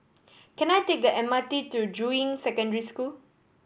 can I take the M R T to Juying Secondary School